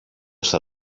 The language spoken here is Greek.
στα